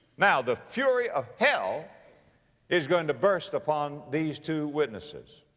now the fury of hell is going to burst upon these two witnesses.